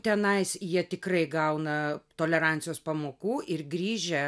tenais jie tikrai gauna tolerancijos pamokų ir grįžę